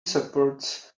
supports